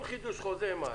כל חידוש חוזה מעלים.